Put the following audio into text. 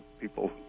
people